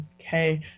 Okay